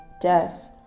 death